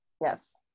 Yes